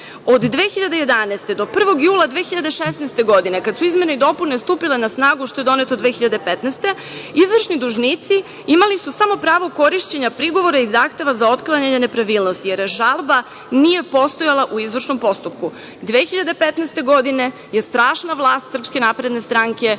Od 2011. godine do 1. jula 2016. godine, kad su izmene i dopune stupile na snagu, koje su donete 2015. godine, izvršni dužnici imali su samo pravo korišćenja prigovora i zahteva za otklanjanje nepravilnosti, jer žalba nije postojala u izvršnom postupku. Godine 2015. je strašna vlast SNS dovela